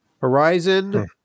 Horizon